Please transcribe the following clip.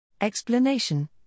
Explanation